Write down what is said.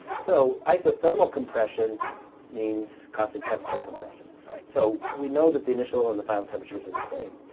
so, isothermal compression means constant temperature compression all right, so we know that the initial and the final temperatures are the same.